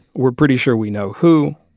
we're pretty sure we know who,